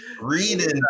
Reading